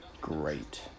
great